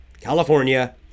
California